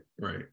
right